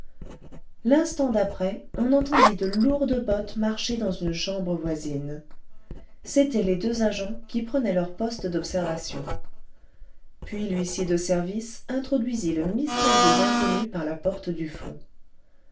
l'instant d'après on entendit de lourdes bottes marcher dans une chambre voisine c'étaient les deux agents qui prenaient leur poste d'observation puis l'huissier de service introduisit le mystérieux inconnu par la porte du fond